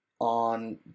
on